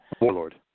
Warlord